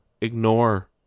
Ignore